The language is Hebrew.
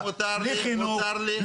בלי חינוך,